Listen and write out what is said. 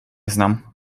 znam